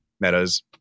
Meta's